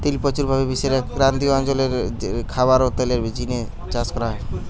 তিল প্রচুর ভাবি বিশ্বের ক্রান্তীয় অঞ্চল রে খাবার ও তেলের জিনে চাষ করা হয়